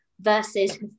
versus